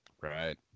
Right